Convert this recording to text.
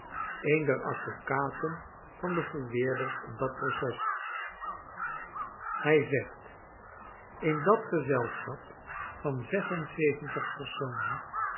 een der advocaten van de verweerders in dat proces hij zegt in dat gezelschap van zes en zeventig personen